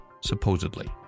supposedly